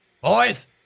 Boys